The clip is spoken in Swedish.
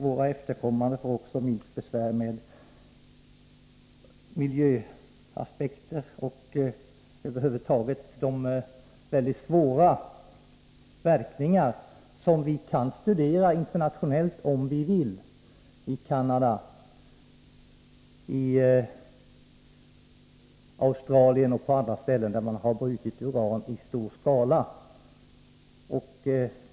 Våra efterkommande får också minst besvär med miljöaspekter och de svåra verkningar över huvud taget som vi kan studera internationellt om vi vill i Canada, i Australien och på andra ställen där man har brutit uran i stor skala.